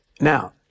Now